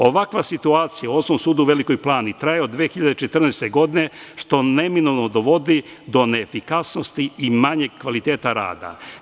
Ovakva situacija u Osnovnom sudu u Velikoj Plani traje od 2014. godine, što neminovno dovodi do neefikasnosti i manjeg kvaliteta rada.